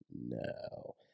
No